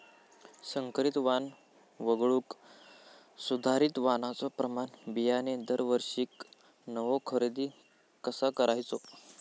संकरित वाण वगळुक सुधारित वाणाचो प्रमाण बियाणे दरवर्षीक नवो खरेदी कसा करायचो?